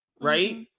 right